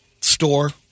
store